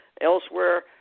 elsewhere